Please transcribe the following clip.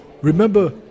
Remember